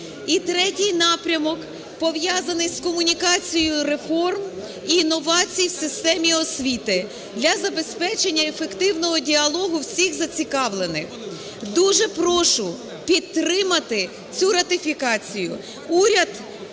І третій напрямок пов'язаний з комунікацією реформ і новацій в системі освіти для забезпечення ефективного діалогу всіх зацікавлених. Дуже прошу підтримати цю ратифікацію.